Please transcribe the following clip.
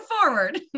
forward